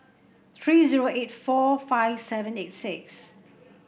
three zero eight four five seven eight six